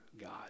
God